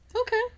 Okay